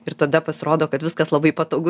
ir tada pasirodo kad viskas labai patogu